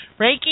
Reiki